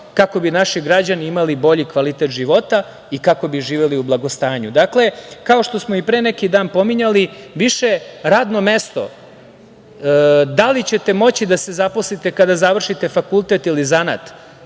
kako bi naši građani imali bolji kvalitet života i kako bi živeli u blagostanju. Dakle, kao što smo i pre neki dan pominjali, više radno mesto, da li ćete moći da se zaposlite kada završite fakultet ili zanat,